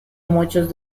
muchos